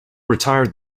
retired